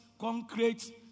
concrete